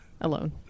Alone